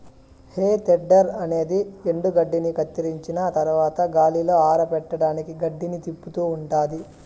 హే tedder అనేది ఎండుగడ్డిని కత్తిరించిన తరవాత గాలిలో ఆరపెట్టడానికి గడ్డిని తిప్పుతూ ఉంటాది